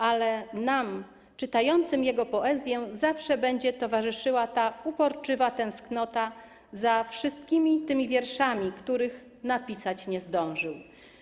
Ale nam, czytającym jego poezję, zawsze będzie towarzyszyła ta uporczywa tęsknota za wszystkimi tymi wierszami, których napisać nie zdążył.